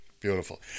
Beautiful